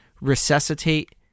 resuscitate